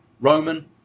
Roman